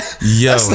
Yo